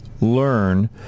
learn